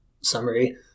summary